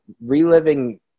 reliving